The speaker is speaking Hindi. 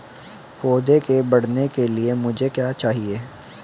पौधे के बढ़ने के लिए मुझे क्या चाहिए?